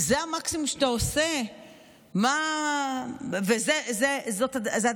אם זה המקסימום שאתה עושה וזה הדבר